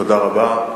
תודה רבה,